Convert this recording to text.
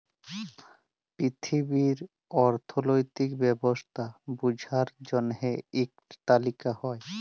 পিথিবীর অথ্থলৈতিক ব্যবস্থা বুঝার জ্যনহে ইকট তালিকা হ্যয়